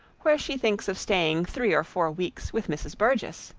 where she thinks of staying three or four weeks with mrs. burgess,